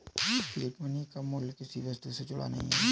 fiat money का मूल्य किसी वस्तु से जुड़ा नहीं है